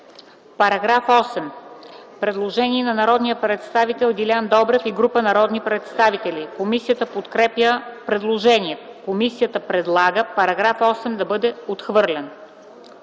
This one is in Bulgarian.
Параграф 8 – предложение на народния представител Делян Добрев и група народни представители. Комисията подкрепя предложението. Комисията предлага § 8 да бъде отхвърлен.